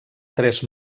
tres